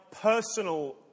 personal